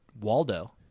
Waldo